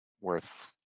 worth